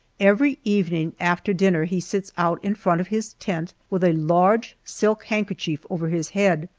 every evening after dinner he sits out in front of his tent with a large silk handkerchief over his head,